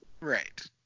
Right